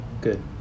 good